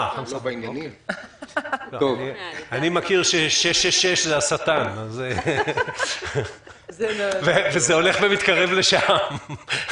אני מכיר ש-666 זה השטן, וזה הולך ומתקרב לשם.